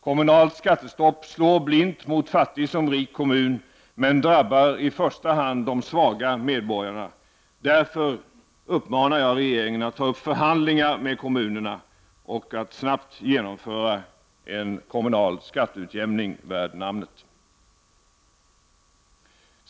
Kommunalt skattestopp slår blint mot fattig som rik kommun, men drabbar i första hand de svaga medborgarna. Därför uppmanar jag regeringen att ta upp förhandlingar med kommunerna och att snabbt genomföra en kommunal skatteutjämning värd namnet.